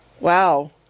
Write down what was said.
wow